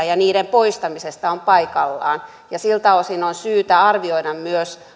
ja niiden poistamisesta on paikallaan ja siltä osin on syytä arvioida myös